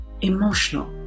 emotional